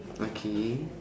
okay